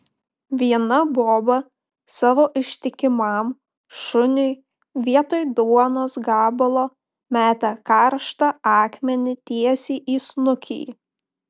viena boba savo ištikimam šuniui vietoj duonos gabalo metė karštą akmenį tiesiai į snukį